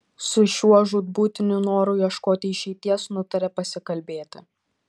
su šiuo žūtbūtiniu noru ieškoti išeities nutarė pasikalbėti